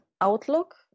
outlook